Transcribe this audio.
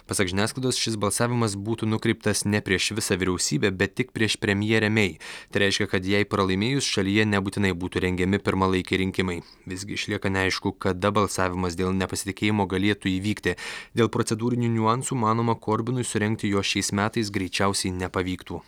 pasak žiniasklaidos šis balsavimas būtų nukreiptas ne prieš visą vyriausybę bet tik prieš premjerę mei tai reiškia kad jai pralaimėjus šalyje nebūtinai būtų rengiami pirmalaikiai rinkimai visgi išlieka neaišku kada balsavimas dėl nepasitikėjimo galėtų įvykti dėl procedūrinių niuansų manoma korbinui surengti jo šiais metais greičiausiai nepavyktų